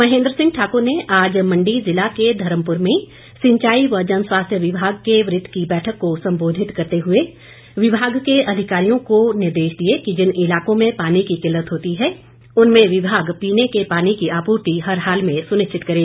महेंद्र सिंह ठाकुर ने आज मंडी जिला के धर्मपुर में सिंचाई व जनस्वास्थ्य विभाग के वृत की बैठक को संबोधित करते हुए विभाग के अधिकारियों को निर्देश दिए कि जिन इलाकों में पानी की किल्लत होती है उनमें विभाग पीने के पानी की आपूर्ति हर हाल में सुनिश्चित करें